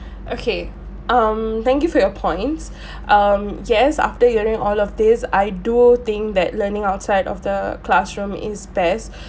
okay um thank you for your points um yes after you are doing all of this I do think that learning outside of the classroom is best